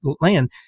land